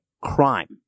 crime